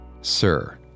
Sir